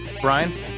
Brian